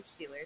Steelers